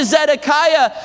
Zedekiah